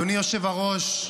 אדוני היושב-ראש,